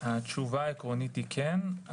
התשובה העקרונית היא כן.